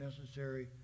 necessary